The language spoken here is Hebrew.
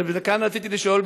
וכאן רציתי לשאול,